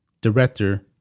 director